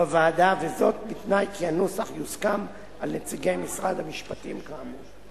וזאת בתנאי שהנוסח יוסכם על נציגי משרד המשפטים כאמור.